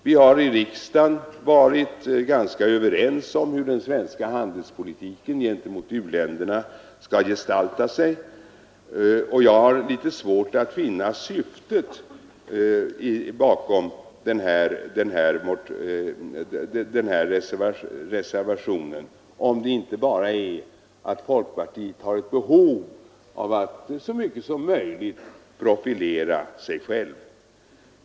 Vi har i riksdagen varit ganska överens om hur den svenska handelspolitiken gentemot u-länderna skall gestalta sig, och jag har litet svårt att finna syftet bakom reservationen, om nu inte detta enbart är att folkpartiet har ett behov av att så mycket som möjligt profilera sig självt.